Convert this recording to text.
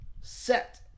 Set